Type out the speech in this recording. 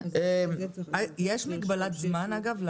יש מגבלת זמן, אגב,